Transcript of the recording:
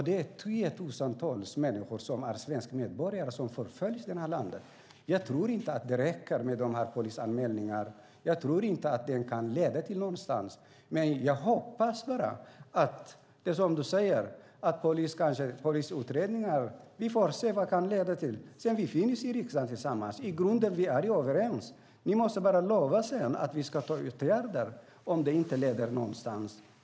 Det är tusentals människor som är svenska medborgare och som förföljs i detta land. Jag tror inte att det räcker med dessa polisanmälningar. Jag tror inte att det kan leda till något. Men jag hoppas, precis som du säger, Johan Linander, att polisutredningarna kan leda till någonting. Vi får se vad de kan leda till. I grunden är vi överens i riksdagen. Men vi måste lova att det ska vidtas åtgärder om detta inte leder någonstans.